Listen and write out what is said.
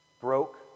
Broke